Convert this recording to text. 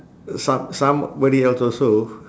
some somebody else also